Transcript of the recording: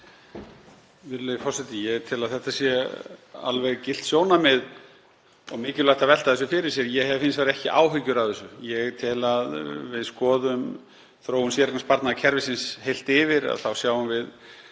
Virðulegi forseti. Ég tel að þetta sé alveg gilt sjónarmið og mikilvægt að velta þessu fyrir sér. Ég hef hins vegar ekki áhyggjur af þessu. Ég tel að ef við skoðum þróun séreignarsparnaðarkerfisins heilt yfir þá sjáum við